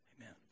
Amen